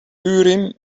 urim